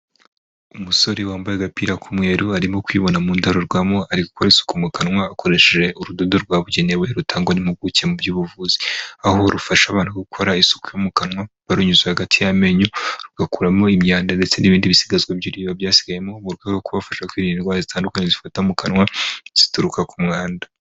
Umusore wambaye agapira k'umweru arimo kwibona mu ndorerwamo ari gukora isuku mu kanwa akoresheje urudodo rwabugenewe rutangwa impuguke mu by'ubuvuzi ,aho rufasha abantu gukora isuku mu kanwa barunyuze hagati y'amenyo rugakuramo imyanda ndetse n'ibindi bisigazwa by'ibiryo byasigayemo muga kubafasha kwirinda indwara zitandukanye zifata mu kanwa zituruka ku mwanda.